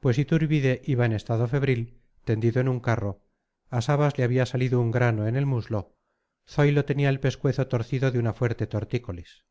pues iturbide iba en estado febril tendido en un carro a sabas le había salido un grano en el muslo zoilo tenía el pescuezo torcido de una fuerte tortícolis